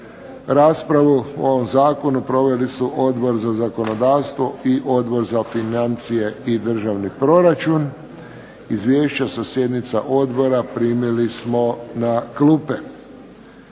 Raspravu o ovom zakonu proveli su Odbor za zakonodavstvo i Odbor za financije i državni proračun. Izvješća sa sjednica odbora primili smo na klupe.